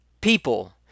people